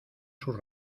sus